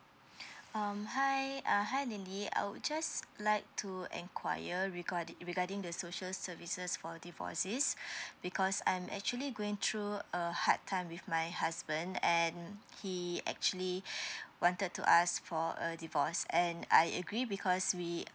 um hi uh hi lily I would just like to enquire regarding regarding the social services for the divorce because I'm actually going through a hard time with my husband and he actually wanted to ask for a divorce and I agree because we